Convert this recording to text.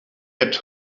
had